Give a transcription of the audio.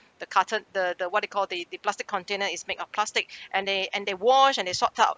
the carton the the what they call the the plastic container is made of plastic and they and they wash and they sort out